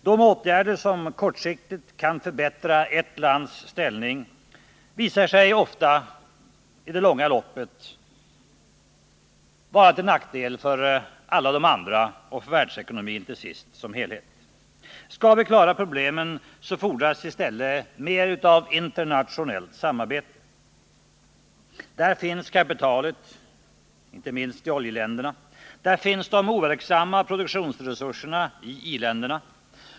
De åtgärder som kortsiktigt kan förbättra ett lands ställning visar sig ofta i det långa loppet vara till nackdel för alla de andra och till sist för världsekonomin som helhet. Skall vi klara problemen fordras i stället mer av internationellt samarbete. Där finns kapitalet — inte minst i oljeländerna. Där finns de overksamma produktionsresurserna — i i-länderna.